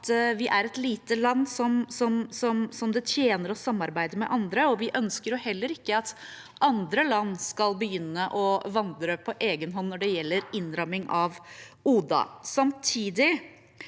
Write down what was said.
vi er et lite land, og det tjener oss å samarbeide med andre. Vi ønsker heller ikke at andre land skal begynne å vandre på egen hånd når det gjelder innramming av ODA.